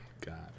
god